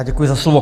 Děkuji za slovo.